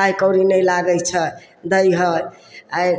पाइ कौड़ी नहि लागय छै दै हइ आइ